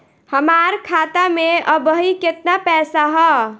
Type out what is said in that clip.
हमार खाता मे अबही केतना पैसा ह?